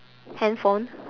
handphone